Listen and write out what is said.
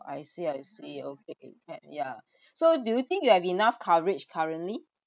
I see I see okay yeah so do you think you have enough coverage currently